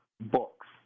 books